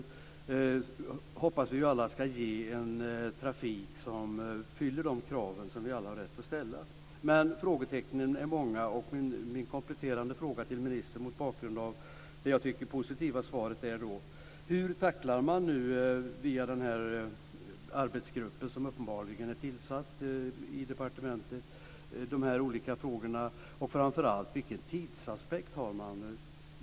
Vi hoppas alla att det skall ge en trafik som fyller de krav som vi alla har rätt att ställa. Frågetecknen är många. Min kompletterande fråga till ministern mot bakgrund av det som jag tycker positiva svaret är: Hur tacklar man via den arbetsgrupp som uppenbarligen är tillsatt i departementet de olika frågorna? Framför allt: Vilken tidsaspekt har man?